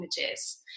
images